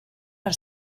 per